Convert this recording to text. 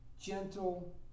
gentle